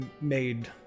made